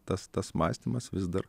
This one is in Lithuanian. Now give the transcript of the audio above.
tas tas mąstymas vis dar